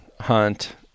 hunt